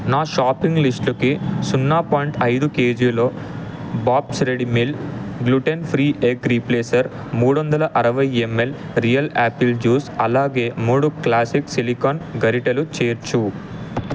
నా షాపింగ్ లిస్టుకి సున్నా పాయింట్ ఐదు కేజీలో Bob's Red Mill gluten free egg replacer మూడొందల అరవై ఎంఎల్ రియల్ యాపిల్ జూస్ అలాగే మూడు క్లాసిక్ సిలికాన్ గరిటెలు చేర్చు